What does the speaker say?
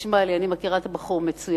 תשמע לי, אני מכירה את הבחור מצוין.